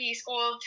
school